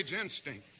instinct